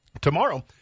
Tomorrow